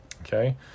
Okay